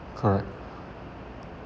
correct